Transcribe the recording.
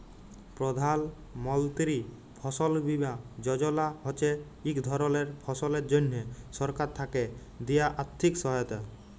প্রধাল মলতিরি ফসল বীমা যজলা হছে ইক ধরলের ফসলের জ্যনহে সরকার থ্যাকে দিয়া আথ্থিক সহায়তা